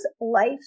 life